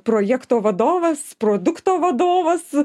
projekto vadovas produkto vadovas